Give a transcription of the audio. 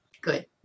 Good